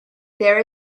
there